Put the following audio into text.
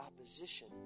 opposition